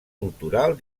cultural